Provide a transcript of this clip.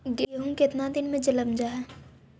गेहूं केतना दिन में जलमतइ जा है?